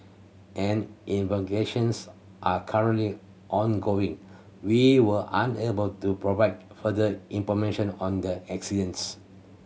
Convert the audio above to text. an investigations are currently ongoing we were unable to provide further information on the accidence